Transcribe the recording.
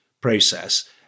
process